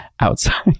outside